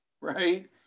right